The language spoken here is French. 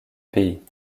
pays